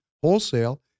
wholesale